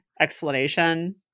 explanation